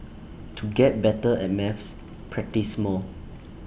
to get better at maths practise more